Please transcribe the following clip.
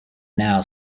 now